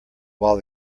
while